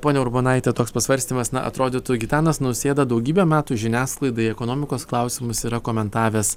ponia urbonaite toks pasvarstymas na atrodytų gitanas nausėda daugybę metų žiniasklaidai ekonomikos klausimus yra komentavęs